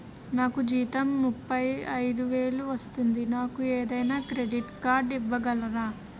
నాకు జీతం ముప్పై ఐదు వేలు వస్తుంది నాకు ఏదైనా క్రెడిట్ కార్డ్ ఇవ్వగలరా?